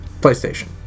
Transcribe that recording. PlayStation